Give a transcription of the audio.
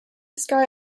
sky